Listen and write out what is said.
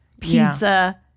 pizza